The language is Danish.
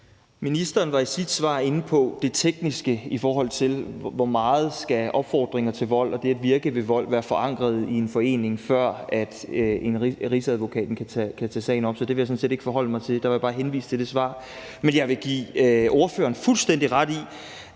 Ministeren var i sit svar inde på det tekniske i forhold til, hvor meget opfordringer til vold og det at virke ved vold skal være forankret i en forening, førend Rigsadvokaten kan tage sagen op, så det vil jeg sådan set ikke forholde mig til, men der vil jeg bare henvise til det svar. Men jeg vil give ordføreren fuldstændig ret i,